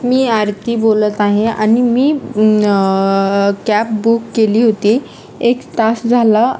मी आरती बोलत आहे आणि मी क्यॅब बुक केली होती एक तास झाला